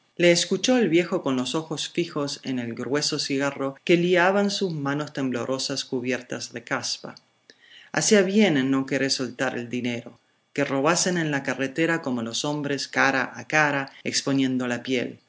le escuchó el viejo con los ojos fijos en el grueso cigarro que liaban sus manos temblorosas cubiertas de caspa hacía bien en no querer soltar el dinero que robasen en la carretera como los hombres cara a cara exponiendo la piel